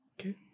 Okay